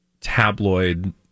tabloid